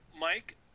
Mike